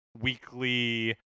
weekly